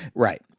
right.